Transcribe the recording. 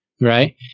right